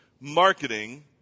marketing